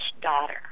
daughter